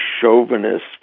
chauvinist